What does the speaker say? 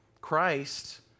Christ